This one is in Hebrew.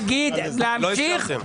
צחי, אתם יכולים להגיד את כל האמת.